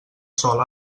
sòl